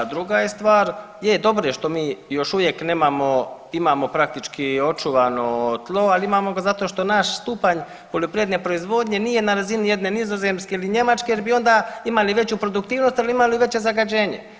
A druga je stvar, je dobro je što mi još uvijek nemamo, imamo praktički očuvano tlo, al imamo ga zato što naš stupanj poljoprivredne proizvodnje nije na razini jedne Nizozemske ili Njemačke jer bi onda imali veću produktivnost, ali imali i veće zagađenje.